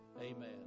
amen